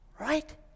Right